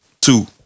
Two